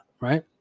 right